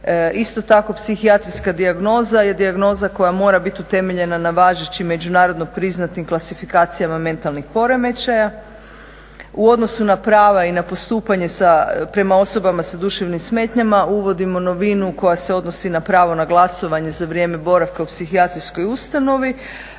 Isto tako psihijatrijska dijagnoza je dijagnoza koja mora biti utemeljena na važećim međunarodno priznatim klasifikacijama mentalnih poremećaja. U odnosu na prava i na postupanje prema osobama sa duševnim smetnjama uvodimo novinu koja se odnosi na pravo na glasovanje za vrijeme boravka u psihijatrijskoj ustanovi.